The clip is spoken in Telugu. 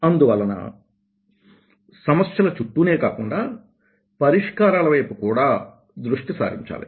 అందువలన సమస్యల చుట్టూనే కాకుండా పరిష్కారాల వైపు కూడా దృష్టి సారించాలి